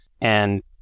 And-